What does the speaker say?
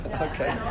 Okay